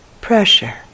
pressure